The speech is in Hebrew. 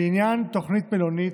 לעניין תוכנית מלונית,